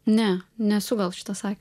ne nesu gal šita sakiu